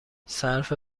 صرف